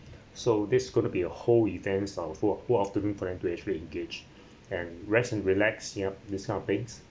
so this gonna be a whole events of full of full afternoon for them to actually engage and rest and relax you know this kind of things